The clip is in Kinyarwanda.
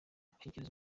bashyikirizwe